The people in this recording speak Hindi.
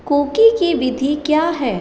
कुकी की विधि क्या है